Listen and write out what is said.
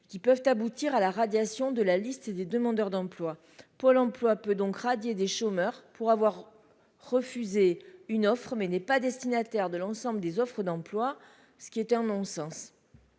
qui peuvent aboutir à la radiation de la liste des demandeurs d'emploi : Pôle emploi peut donc radier des chômeurs pour avoir refusé une offre mais n'est pas destinataire de l'ensemble des offres d'emploi, ce qui est un non-sens.